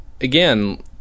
again